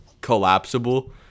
collapsible